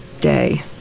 day